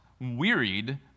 wearied